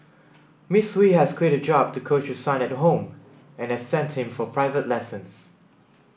Miss Hui has quit her job to coach her son at home and has sent him for private lessons